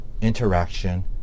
interaction